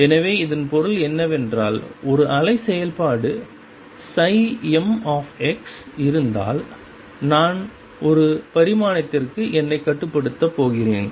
எனவே இதன் பொருள் என்னவென்றால் ஒரு அலை செயல்பாடு m இருந்தால் நான் ஒரு பரிமாணத்திற்கு என்னை கட்டுப்படுத்தப் போகிறேன்